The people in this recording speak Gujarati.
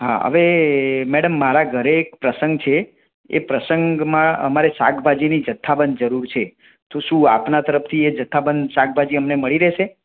હા હવે મેડમ મારા ઘરે એક પ્રસંગ છે એ પ્રસંગમાં અમારે શાકભાજીની જથ્થાબંધ જરૂર છે તો શું આપનાં તરફથી જથ્થાબંધ શાકભાજી અમને મળી રહેશે